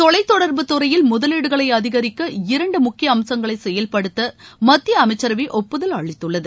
தொலைத்தொடர்பு துறையில் முதலீடுகளை அதிகரிக்க இரண்டு முக்கிய அம்சங்களை செயல்படுத்த மத்திய அமைச்சரவை ஒப்புதல் அளித்துள்ளது